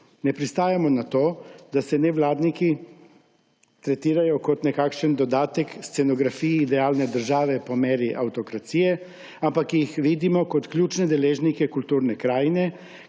Ne pristajamo na to, da se nevladniki tretirajo kot nekakšen dodatek scenografiji dejavne države po meri avtokracije, ampak jih vidimo kot ključne deležnike kulturne krajine,